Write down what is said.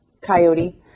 coyote